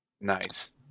Nice